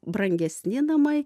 brangesni namai